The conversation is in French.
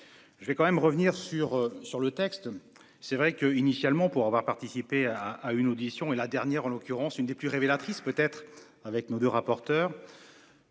Je vais quand même revenir sur sur le texte. C'est vrai que initialement pour avoir participé à à une audition et la dernière, en l'occurrence, une des plus révélatrice peut être avec nos deux rapporteurs.